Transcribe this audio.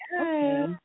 Okay